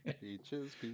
peaches